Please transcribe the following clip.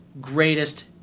greatest